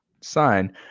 sign